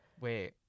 Wait